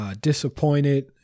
disappointed